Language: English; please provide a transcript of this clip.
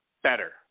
better